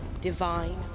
Divine